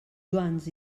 joans